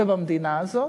תדעי, ובמדינה הזאת,